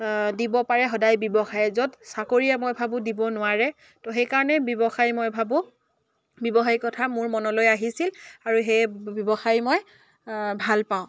দিব পাৰে সদায় ব্যৱসায়ে য'ত চাকৰিয়ে মই ভাবোঁ দিব নোৱাৰে ত' সেইকাৰণেই ব্যৱসায় মই ভাবোঁ ব্যৱসায় কথা মোৰ মনলৈ আহিছিল আৰু সেয়ে ব্যৱসায় মই ভাল পাওঁ